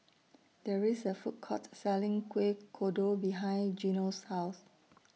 There IS A Food Court Selling Kueh Kodok behind Gino's House